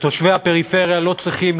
ותושבי הפריפריה לא צריכים,